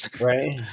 Right